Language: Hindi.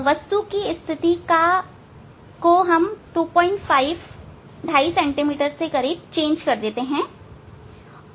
वस्तु की स्थिति या जगह को 25 cm से बदलें